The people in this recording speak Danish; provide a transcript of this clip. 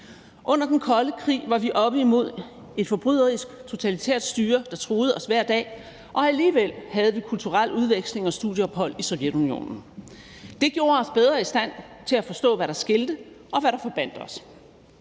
Under den kolde krig var vi oppe imod et forbryderisk totalitært styre, der truede os hver dag, og alligevel havde vi kulturel udveksling og studieophold i Sovjetunionen. Det gjorde os bedre i stand til at forstå, hvad der skilte og hvad der forbandt os.